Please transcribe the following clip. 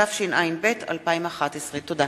התשע"ב 2011. תודה.